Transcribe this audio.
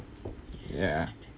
ya